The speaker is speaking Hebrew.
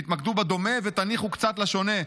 תתמקדו בדומה ותניחו קצת לשונה.